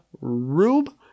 Rube